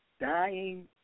dying